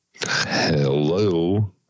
Hello